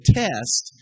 test